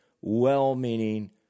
well-meaning